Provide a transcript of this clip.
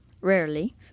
rarely